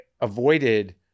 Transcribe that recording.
avoided